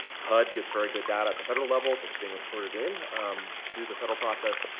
hud gets very good data at the federal level that's being reported in through the federal process.